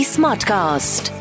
Smartcast